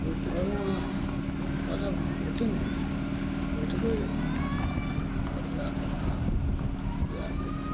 book करू अहाँ phone कऽ देब हम अएथिन ने बैठबै बढ़िआँकऽ अपन जाएल जेतै